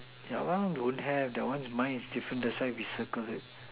yeah don't have that one is mine is different that's why we circled it